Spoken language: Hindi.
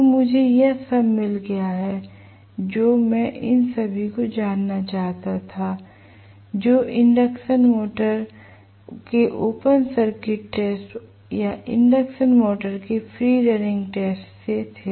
तो मुझे वह सब मिल गया है जो मैं उन सभी को जानना चाहता था जो इंडक्शन मोटर के ओपन सर्कुटेड टेस्ट या इंडक्शन मोटर के फ्री रनिंग टेस्ट से थे